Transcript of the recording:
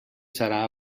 serà